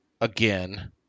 again